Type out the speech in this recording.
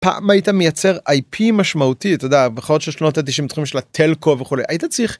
פעם הייתה מייצר איי פי משמעותי אתה יודע בכל ששנות התשעים צריכים של הטלקו וכולי היית צריך.